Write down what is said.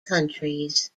countries